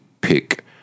pick